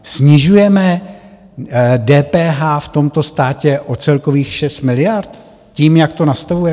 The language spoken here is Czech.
Snižujeme DPH v tomto státě o celkových 6 miliard tím, jak to nastavujeme?